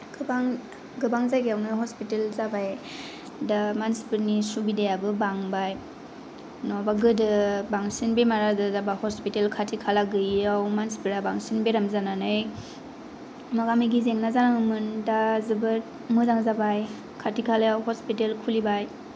गोबां गोबां जायगायावनो हसपिताल जाबाय दा मानसिफोरनि सुबिदायाबो बांबाय नङाबा गोदो बांसिन बेमार आजार जाबा हसपिताल खाथि खाला गैयियाव मानसिफोरा बांसिन बेराम जानानै माबा माबि जेंना जानाङोमोन दा जोबोद मोजां जाबाय खाथि खालायाव हसपिताल खुलिबाय